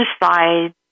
decide